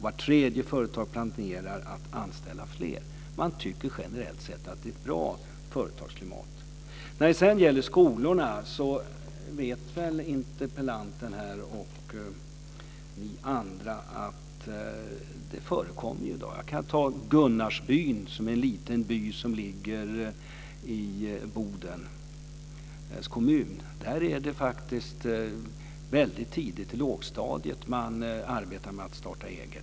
Var tredje företag planerar att anställa fler. Man tycker generellt sett att det är ett bra företagsklimat. När det sedan gäller skolorna vet väl interpellanten och ni andra att det förekommer sådant här i dag. Jag kan ta Gunnarsbyn, en liten by som ligger i Bodens kommun, som exempel. Där arbetar man faktiskt väldigt tidigt, i lågstadiet, med att starta eget.